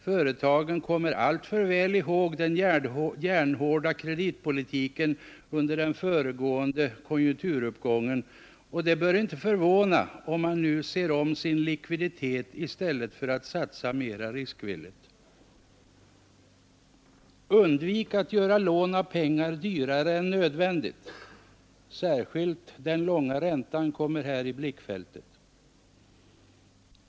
Företagen kommer alltför väl ihåg den järnhårda kreditpolitiken under den föregående konjunkturuppgången, och det bör inte förvåna om man nu ser om sin likviditet i stället för att satsa mera riskvilligt kapital. Undvik att göra lån av pengar dyrare än nödvändigt. Särskilt den långa räntan kommer här i blickfältet.